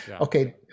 okay